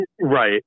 Right